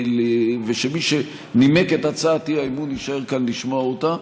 ושמי שנימק את הצעת אי-האמון יישאר כאן לשמוע אותה.